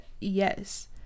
Yes